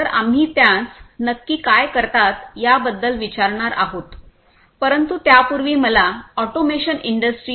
तर आम्ही त्यास नक्की काय करतात याबद्दल विचारणार आहोत परंतु त्यापूर्वी मला ऑटोमेशन इंडस्ट्री 4